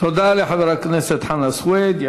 תודה לחבר הכנסת חנא סוייד.